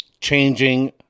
changing